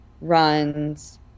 runs